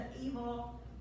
evil